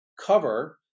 Cover